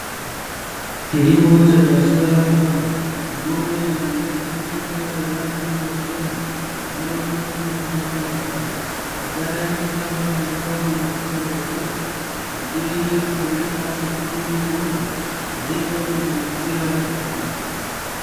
Kilimo cha biashara ambapo, mwanaume anaendesha trekta la rangi ya kijani, linalolima katika shamba kubwa, baadaye hupandwa mazao na kuuzwa vizuri, kwa ajili ya kupeleka sokoni kuuza na hvyo kujiingizia kipato.